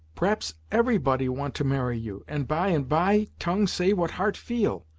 p'raps every body want to marry you, and by-and-bye, tongue say what heart feel.